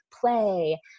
play